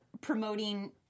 promoting